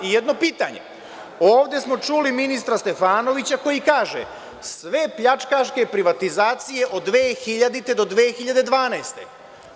Jedno pitanje, ovde smo čuli ministra Stefanovića koji kaže – sve pljačkaške privatizacije od 2000. do 2012. godine.